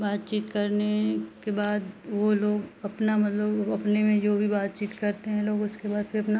बातचीत करने के बाद वो लोग अपना मतलब अपने में जो भी बातचीत करते हैं लोग उसके बाद फिर अपना